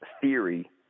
theory